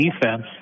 defense